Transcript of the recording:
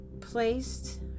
placed